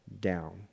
down